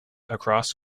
across